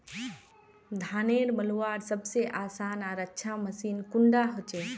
धानेर मलवार सबसे आसान आर अच्छा मशीन कुन डा होचए?